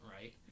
Right